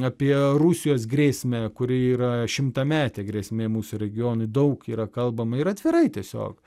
apie rusijos grėsmę kuri yra šimtametė grėsmė mūsų regionui daug yra kalbama ir atvirai tiesiog